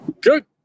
Good